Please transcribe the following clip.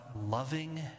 loving